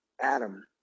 Adam